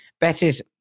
Betis